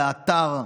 על האתר,